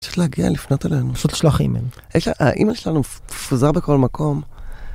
צריך להגיע לפנות אלינו, פשוט לשלוח אימייל. האימייל שלנו מפוזר בכל מקום.